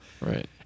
right